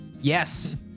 yes